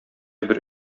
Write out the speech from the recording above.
бер